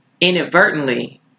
inadvertently